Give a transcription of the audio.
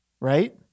right